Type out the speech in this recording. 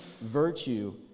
virtue